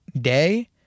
day